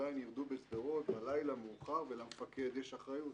עדיין ירדו בשדרות בלילה מאוחר ולמפקד יש אחריות.